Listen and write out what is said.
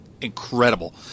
incredible